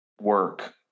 work